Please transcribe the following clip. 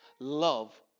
Love